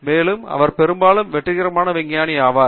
மேலும் அவர் பெரும்பாலும் வெற்றிகரமான விஞ்ஞானி ஆவார்